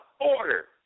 order